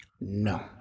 no